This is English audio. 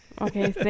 Okay